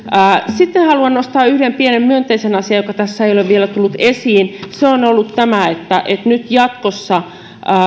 sitten haluan nostaa yhden pienen myönteisen asian joka tässä ei ole vielä tullut esiin se on ollut tämä että nyt jatkossa